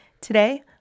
Today